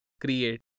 create